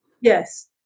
Yes